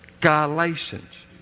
Galatians